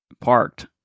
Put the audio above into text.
parked